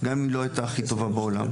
גם אם היא לא הייתה הכי טובה בעולם.